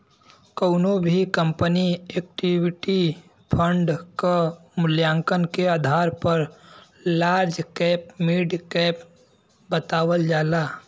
कउनो भी कंपनी क इक्विटी फण्ड क मूल्यांकन के आधार पर लार्ज कैप मिड कैप बतावल जाला